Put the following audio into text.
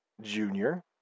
junior